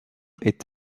est